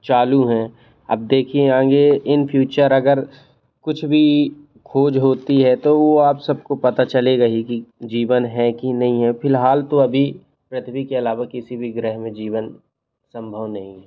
चालू हैं अब देखिए आगे इन फ्यूचर अगर कुछ भी खोज होती है तो वो आप सब को पता चलेगा ही कि जीवन है कि नहीं है फ़िलहाल तो पृथ्वी के अलावा किसी भी ग्रह में जीवन संभव नहीं है